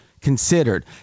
considered